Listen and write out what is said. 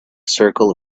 circle